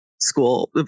school